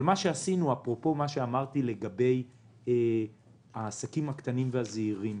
אבל מה שעשינו אפרופו מה שאמרתי לגבי העסקים הקטנים והזעירים.